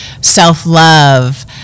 self-love